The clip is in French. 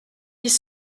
ils